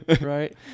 right